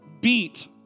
beat